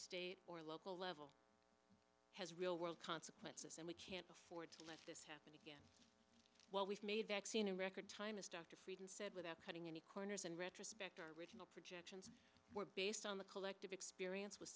state or local level has real world consequences and we can't afford to let this happen again while we've made that scene in record time as dr frieden said without cutting any corners in retrospect our original projections were based on the collective experience with